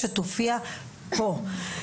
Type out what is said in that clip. שתופיע פה.